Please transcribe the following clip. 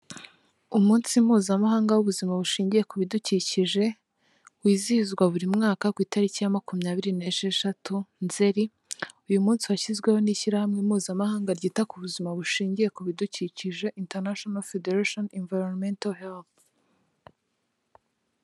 Umunsi mpuzamahanga w'ubuzima bushingiye ku bidukikije wizihizwa buri mwaka ku itariki ya makumyabiri n'esheshatu nzeri, uyu munsi washyizweho n'ishyirahamwe mpuzamahanga ryita ku buzima bushingiye ku bidukikije International Federation Environmental Health.